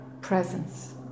Presence